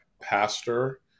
pastor